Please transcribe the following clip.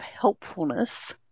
helpfulness